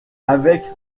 avec